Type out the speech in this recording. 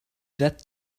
that